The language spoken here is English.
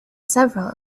several